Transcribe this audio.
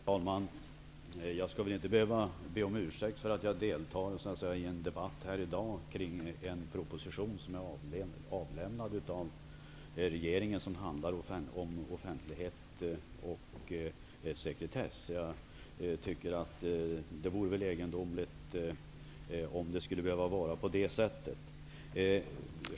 Fru talman! Jag skall väl inte behöva be om ursäkt för att jag deltar i en debatt här i dag kring en proposition om offentlighet och sekretess, som är avlämnad av regeringen. Det vore väl egendomligt om det skulle behöva vara på det sättet.